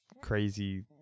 crazy